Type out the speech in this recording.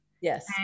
yes